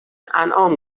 انعام